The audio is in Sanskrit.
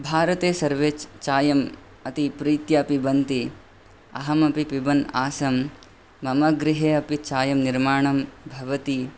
भारते सर्वे च चायम् अति प्रीत्या पिबन्ति अहमपि पिबन् आसम् मम गृहे अपि चायं निर्माणं भवति